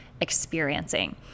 experiencing